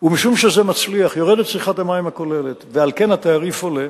ומשום שזה מצליח יורדת צריכת המים הכוללת ועל כן התעריף עולה.